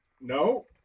No